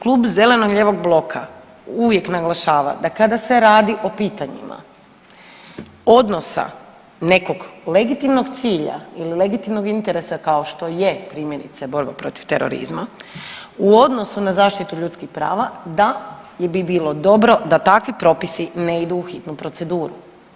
Klub zeleno-lijevog bloka uvijek naglašava da kada se radi o pitanjima odnosa nekog legitimnog cilja ili legitimnog interesa kao što je primjerice borba protiv terorizma, u odnosu na zaštitu ljudskih prava da bi bilo dobro da takvi propisi ne idu u hitnu proceduru.